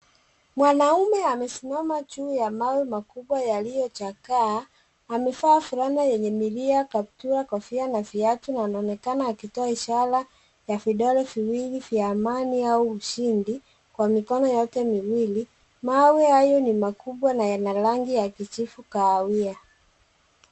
Mwanamume amesimama juu ya mawe makubwa yaliyochakaa. Amevaa fulana yenye milia, kaptura, kofia na viatu na anaonekana akitoa ishara ya vidole viwili vya amani au ushindi kwa mikono yake miwili. Mawe hayo ni makubwa na rangi ya kijivu kahawia.